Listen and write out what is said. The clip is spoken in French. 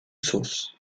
sauce